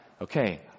Okay